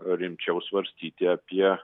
rimčiau svarstyti apie